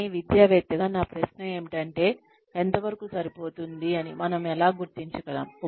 కానీ విద్యావేత్తగా నా ప్రశ్న ఏమిటంటే ఎంతవరకు సరిపోతుంది అని మనం ఎలా గుర్తించగలం